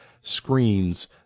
screens